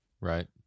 right